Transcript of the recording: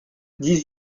dix